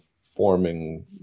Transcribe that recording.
forming